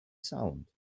sound